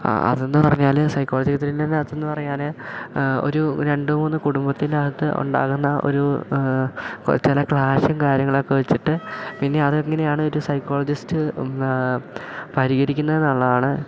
ആ അതെന്ന് പറഞ്ഞാൽ സൈക്കോളജി ത്രില്ലിനകത്തെന്ന് പറയാൻ ഒരു രണ്ട് മൂന്ന് കുടുംബത്തിനകത്ത് ുണ്ടാകുന്ന ഒരു ചില ക്ലാഷും കാര്യങ്ങളൊക്കെ വെച്ചിട്ട് പിന്നെ അതെങ്ങനെയാണ് ഒരു സൈക്കോളജിസ്റ്റ് പരിഹരിക്കുന്നത് എന്നുള്ളതാണ്